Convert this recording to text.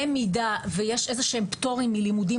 במידה ויש איזה שהם פטורים מלימודים